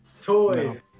Toy